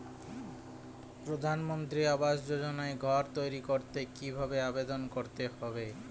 প্রধানমন্ত্রী আবাস যোজনায় ঘর তৈরি করতে কিভাবে আবেদন করতে হবে?